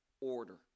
order